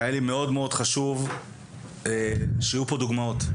היה לי מאוד חשוב שיהיו פה דוגמאות.